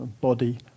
body